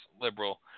liberal –